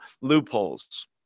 loopholes